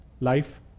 life